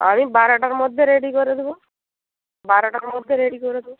আমি বারোটার মধ্যে রেডি করে দেব বারোটার মধ্যে রেডি করে দেব